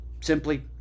simply